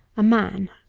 a man.